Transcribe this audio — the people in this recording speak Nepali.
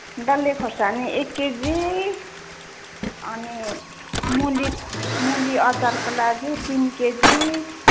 डल्ले खोर्सानी एक केजी अनि मुली मुली अचारको लागि तिन केजी